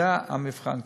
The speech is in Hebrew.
זה המבחן כרגע,